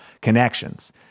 connections